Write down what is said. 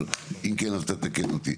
אבל אם כן אז אתה תתקן אותי.